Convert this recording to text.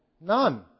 None